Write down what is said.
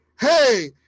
hey